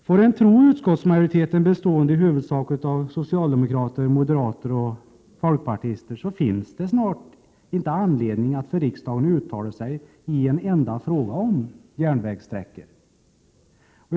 Får man tro utskottsmajoriteten, bestående i huvudsak av socialdemokrater, moderater och folkpartister, finns det snart inte anledning för riksdagen att uttala sig i en enda fråga om järnvägssträckor.